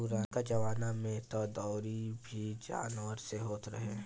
पुरनका जमाना में तअ दवरी भी जानवर से होत रहे